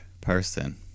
person